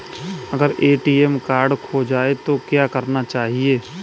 अगर ATM card खो जाए तो क्या करना चाहिए?